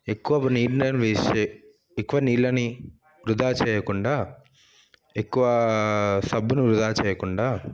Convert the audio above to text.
ఎక్కువ నీరుని వేస్ట్ చేయి ఎక్కువ నీళ్ళని వృథా చేయకుండా ఎక్కువ సబ్బును వృథా చేయకుండా